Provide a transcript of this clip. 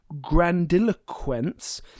grandiloquence